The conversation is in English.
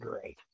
great